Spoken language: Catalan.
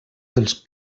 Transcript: dels